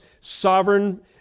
sovereign